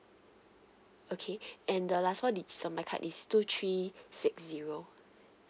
okay and the last four digits of my card is two three six zero